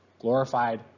glorified